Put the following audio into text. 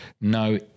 No